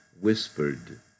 whispered